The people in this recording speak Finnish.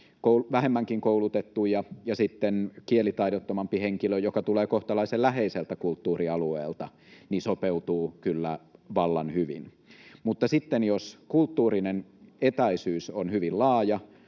vähemmänkin koulutettu ja kielitaidottomampi henkilö, joka tulee kohtalaisen läheiseltä kulttuurialueelta, sopeutuu kyllä vallan hyvin. Mutta sitten jos kulttuurinen etäisyys on hyvin laaja,